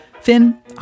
Finn